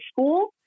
school